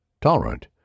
Tolerant